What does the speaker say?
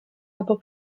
albo